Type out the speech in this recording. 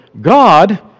God